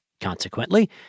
consequently